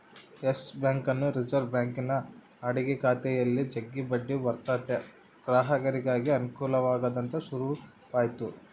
Yes ಬ್ಯಾಂಕನ್ನು reserve ಬ್ಯಾಂಕಿನ ಅಡಿಗ ಖಾತೆಯಲ್ಲಿ ಜಗ್ಗಿ ಬಡ್ಡಿ ಬರುತತೆ ಗ್ರಾಹಕರಿಗೆ ಅನುಕೂಲವಾಗಲಂತ ಶುರುವಾತಿ